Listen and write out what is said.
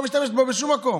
לא משתמשת בו בשום מקום,